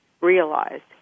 realized